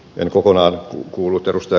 en kokonaan kuullut ed